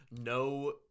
No